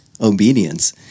Obedience